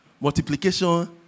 multiplication